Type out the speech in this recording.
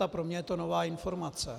A pro mě je to nová informace.